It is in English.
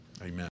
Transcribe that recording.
Amen